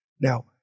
Now